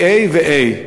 AA ו-A.